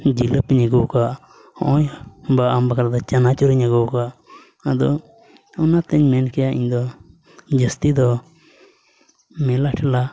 ᱡᱤᱞᱟᱹᱯᱤᱧ ᱟᱹᱜᱩ ᱠᱟᱜᱼᱟ ᱦᱚᱜᱼᱚᱸᱭ ᱵᱟ ᱟᱢ ᱵᱟᱠᱷᱨᱟ ᱫᱚ ᱪᱟᱱᱟᱪᱩᱨ ᱤᱧ ᱟᱹᱜᱩ ᱠᱟᱜᱼᱟ ᱟᱫᱚ ᱚᱱᱟᱛᱮᱧ ᱢᱮᱱ ᱠᱮᱭᱟ ᱤᱧ ᱫᱚ ᱡᱟᱹᱥᱛᱤ ᱫᱚ ᱢᱮᱞᱟ ᱴᱷᱮᱞᱟ